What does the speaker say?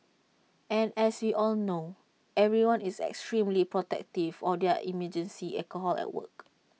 and as we all know everyone is extremely protective of their emergency alcohol at work